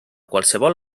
qualsevol